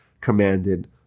commanded